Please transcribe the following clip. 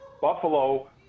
Buffalo